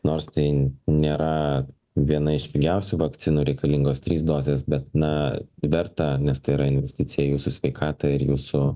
nors tai nėra viena iš pigiausių vakcinų reikalingos trys dozės bet na verta nes tai yra investicija į jūsų sveikatą ir jūsų